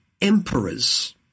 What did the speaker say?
emperors